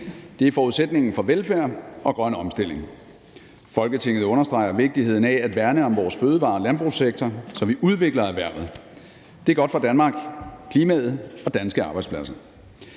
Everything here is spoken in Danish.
Det er forudsætningen for velfærd og grøn omstilling. Folketinget understreger vigtigheden af at værne om vores fødevare- og landbrugssektor, så vi udvikler erhvervet. Det er godt for Danmark, klimaet og danske arbejdspladser.